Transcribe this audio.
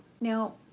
Now